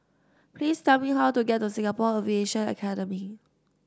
please tell me how to get to Singapore Aviation Academy